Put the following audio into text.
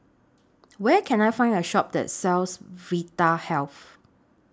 Where Can I Find A Shop that sells Vitahealth